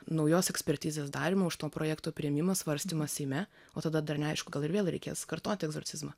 naujos ekspertizės darymą už to projekto priėmimą svarstymą seime o tada dar neaišku gal ir vėl reikės kartoti egzorcizmą